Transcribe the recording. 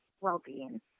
well-being